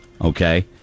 okay